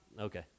Okay